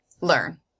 learn